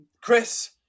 Chris